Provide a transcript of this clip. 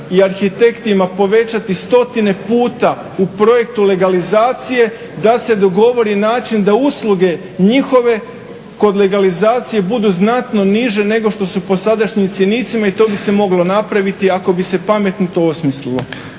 i arhitektima povećati stotine puta u projektu legalizacije da se dogovori način da usluge njihove kod legalizacije budu znatno niže nego što su po sadašnjim cjenicima i to bi se moglo napraviti ako bi se pametno to osmislilo.